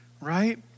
right